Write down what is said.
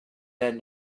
that